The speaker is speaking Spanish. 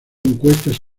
encuestas